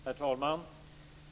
Herr talman!